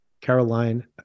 Caroline